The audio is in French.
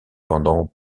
pendant